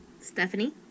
Stephanie